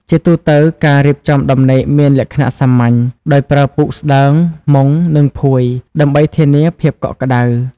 ជាទូទៅ ការរៀបចំដំណេកមានលក្ខណៈ សាមញ្ញ ដោយប្រើពូកស្តើង មុង និងភួយ ដើម្បីធានាភាពកក់ក្តៅ។